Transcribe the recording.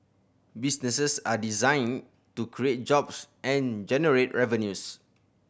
businesses are designing to create jobs and generate revenues